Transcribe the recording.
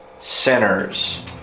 sinners